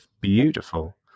beautiful